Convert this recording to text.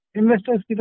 investors